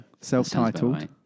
Self-titled